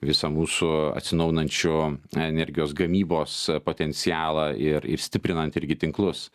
visą mūsų atsinaujinančių energijos gamybos potencialą ir ir stiprinant irgi tinklus